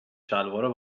شلوارو